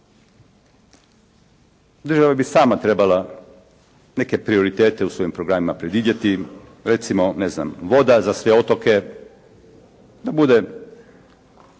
Država bi sama trebala neke prioritete u svojim programima predvidjeti. Recimo, ne znam, voda za sve otoke da bude